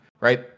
Right